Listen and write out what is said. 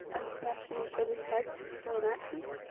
and smashed in each other's heads with stone axes,